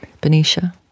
Benicia